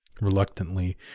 Reluctantly